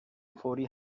فوری